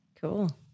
Cool